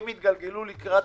הם התגלגלו לקראת